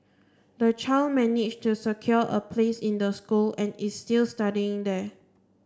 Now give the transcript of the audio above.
the child managed to secure a place in the school and is still studying there